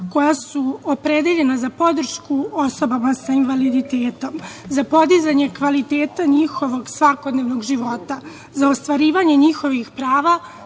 koja su opredeljena za podršku osobama sa invaliditetom, za podizanje kvaliteta njihovog svakodnevnog života, za ostvarivanje njihovih prava,